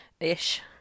Ish